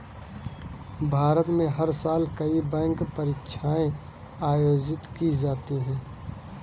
भारत में हर साल कई बैंक परीक्षाएं आयोजित की जाती हैं